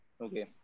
Okay